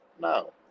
No